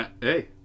Hey